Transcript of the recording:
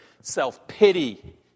self-pity